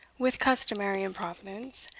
with customary improvidence,